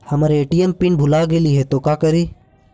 हमर ATM pin भूला गेली हे, तो का करि?